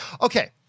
Okay